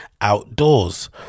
outdoors